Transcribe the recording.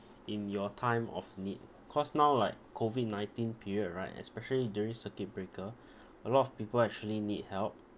in your time of need cause now like COVID nineteen period right especially during circuit breaker a lot of people actually need help